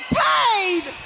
paid